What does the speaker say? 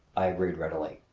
i agreed readily.